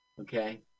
okay